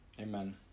Amen